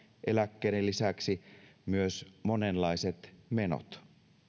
eläkkeiden lisäksi myös monenlaiset menot